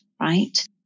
right